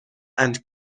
and